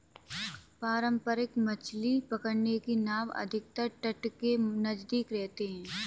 पारंपरिक मछली पकड़ने की नाव अधिकतर तट के नजदीक रहते हैं